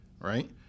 right